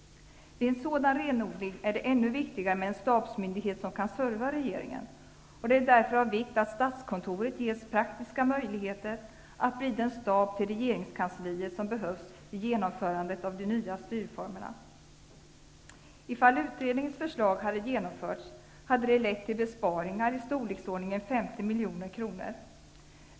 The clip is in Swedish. Vid en sådan renodling är det ännu viktigare med en stabsmyndighet som kan serva regeringen. Det är därför av vikt att statskontoret ges praktiska möjligheter att bli den stab till regeringskansliet som behövs vid genomförandet av de nya styrformerna. Om utredningens förslag hade genomförts hade det lett till besparingar i storleksordningen 50 milj.kr.